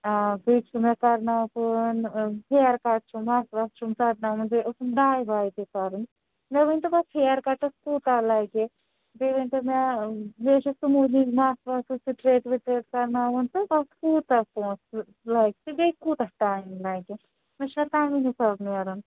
بیٚیہِ چھُ مےٚ کَرناوُن ہِیَر کَٹ چھُ مَس وَس چھُم ژَٹناوُن بیٚیہِ ٲسٕم ڈاے واے تہِ کَرُن مےٚ ؤنۍتو اَتھ ہِیَر کَٹَس کوٗتاہ لَگہِ بیٚیہِ ؤنۍتو مےٚ بیٚیہِ چھُ سُموٗدِنٛگ مَس وَس چھُ سِٹریٹ وِٹریٹ کَرناوُن تہٕ تَتھ کوٗتاہ پۅنٛسہٕ لَگہِ تہٕ بیٚیہِ کوٗتاہ ٹایِم لَگہِ مےٚ چھُناہ تَمی حِساب نیرُن